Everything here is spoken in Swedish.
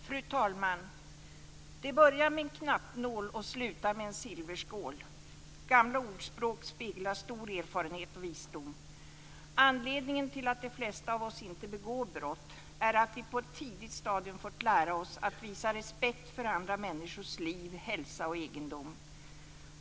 Fru talman! Det börjar med en knappnål och slutar med en silverskål. Gamla ordspråk speglar stor erfarenhet och visdom. Anledningen till att de flesta av oss inte begår brott är att vi på ett tidigt stadium fått lära oss att visa respekt för andra människors liv, hälsa och egendom.